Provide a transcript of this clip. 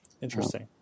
interesting